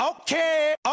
Okay